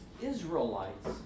Israelites